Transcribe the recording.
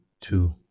two